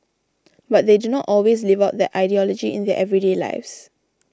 but they do not always live out that ideology in their everyday lives